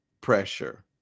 pressure